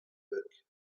book